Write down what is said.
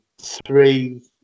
three